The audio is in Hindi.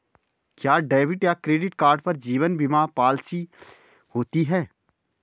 क्या डेबिट या क्रेडिट कार्ड पर जीवन बीमा पॉलिसी होती है?